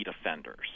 offenders